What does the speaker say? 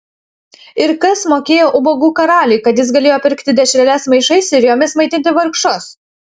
ir kas mokėjo ubagų karaliui kad jis galėjo pirkti dešreles maišais ir jomis maitinti vargšus